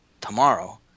tomorrow